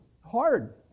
hard